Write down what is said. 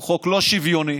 הוא חוק לא שוויוני,